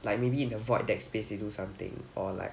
like maybe in a void deck space you do something or like